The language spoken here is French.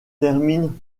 termine